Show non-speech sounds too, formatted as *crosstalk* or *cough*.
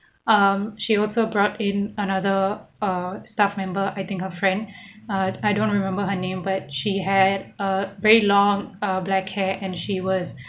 um she also brought in another uh staff member I think her friend *breath* uh I don't remember her name but she had a very long uh black hair and she was